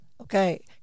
okay